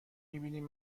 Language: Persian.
میبینیم